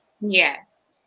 Yes